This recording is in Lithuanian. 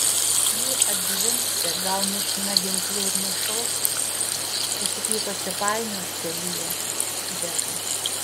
ji atzvimbs čia gal nešina ginklu ir nušaus kas tik jai pasipainios kelyje džekai